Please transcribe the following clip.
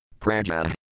Praja